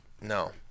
No